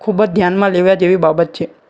ખૂબ જ ધ્યાનમાં લેવા જેવી બાબત છે